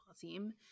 team